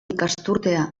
ikasturtea